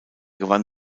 gewann